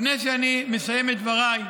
לפני שאני מסיים את דבריי,